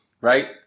right